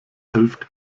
hilft